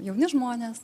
jauni žmonės